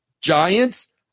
Giants